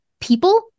people